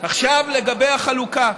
עכשיו לגבי החלוקה,